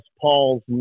Paul's